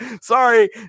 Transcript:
sorry